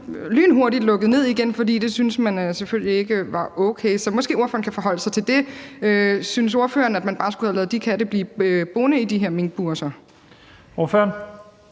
lynhurtigt lukket ned igen, for det synes man selvfølgelig ikke var okay, så måske kan ordføreren forholde sig til det. Synes ordføreren, at man så bare skulle have ladet de katte blive boende i de her minkbure?